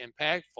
impactful